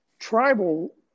tribal